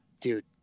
dude